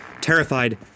Terrified